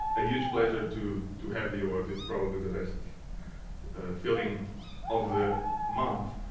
a huge pleasure to to have the award it's probably the best filling of the month